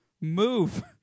move